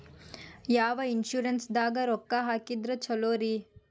ಯಾವ ಇನ್ಶೂರೆನ್ಸ್ ದಾಗ ರೊಕ್ಕ ಹಾಕಿದ್ರ ಛಲೋರಿ?